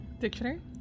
Dictionary